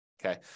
Okay